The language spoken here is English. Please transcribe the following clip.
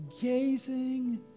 gazing